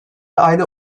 ayda